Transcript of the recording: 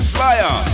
Flyer